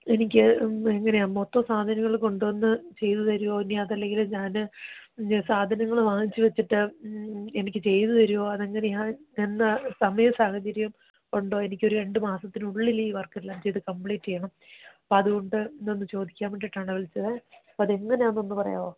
എനിക്ക് എങ്ങനെ ആണ് മൊത്തം സാധനങ്ങൾ കൊണ്ട് വന്നു ചെയ്തു തരുമോ ഇനി അതല്ലെങ്കിൽ ഞാൻ സാധനങ്ങൾ വാങ്ങിച്ച് വച്ചിട്ട് എനിക്ക് ചെയ്ത് തരുവോ അതെങ്ങനെയാണ് എന്താ സമയവും സാഹചര്യവും ഉണ്ടോ എനിക്കൊരു രണ്ടുമാസത്തിനുള്ളിൽ ഈ വര്ക്കെല്ലാം ചെയ്ത് കംപ്ലീറ്റ് ചെയ്യണം അപ്പോൾ അതുകൊണ്ട് ഇതൊന്നു ചോദിക്കാന് വേണ്ടിയിട്ടാണ് വിളിച്ചത് അപ്പോൾ അത് എങ്ങനെ ആണെന്ന് ഒന്ന് പറയാമോ